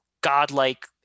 godlike